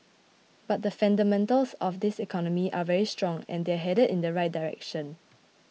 but the fundamentals of this economy are very strong and they're headed in the right direction